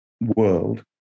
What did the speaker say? world